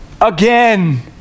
again